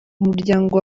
umuryango